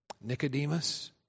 Nicodemus